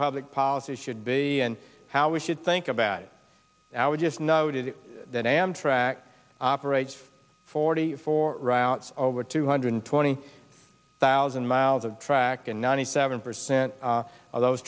public policy should be and how we should think about it i would just noted that amtrak operates forty four routes over two hundred twenty thousand miles of track and ninety seven percent